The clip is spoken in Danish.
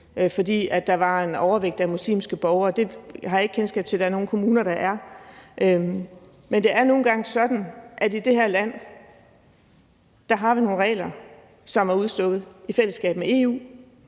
fordi der var en overvægt af muslimske borgere. Det har jeg ikke kendskab til at der er nogen kommuner der er. Men det er nu engang sådan, at i det her land har vi nogle regler, som er udstukket i fællesskab med EU,